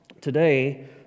today